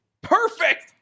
Perfect